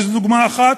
וזו דוגמה אחת,